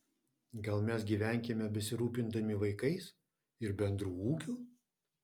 gal mes gyvenkime besirūpindami vaikais ir bendru ūkiu